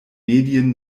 medien